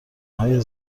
های